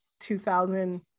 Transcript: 2000